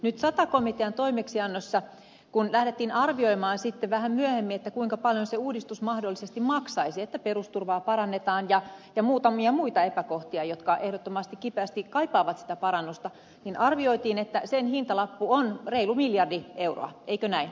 nyt sata komitean toimeksiannossa kun lähdettiin arvioimaan sitten vähän myöhemmin kuinka paljon se uudistus että perusturvaa parannetaan ja muutamia muita epäkohtia jotka ehdottomasti kipeästi kaipaavat parannusta mahdollisesti maksaisi niin arvioitiin että sen hintalappu on reilu miljardi euroa eikö näin